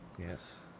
Yes